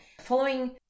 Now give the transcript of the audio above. Following